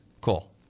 Cool